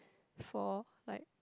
for like